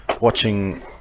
watching